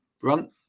Brunt